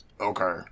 Okay